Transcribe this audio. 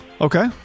Okay